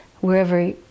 wherever